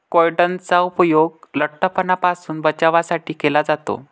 काइट्सनचा उपयोग लठ्ठपणापासून बचावासाठी केला जातो